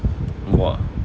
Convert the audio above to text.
!wah!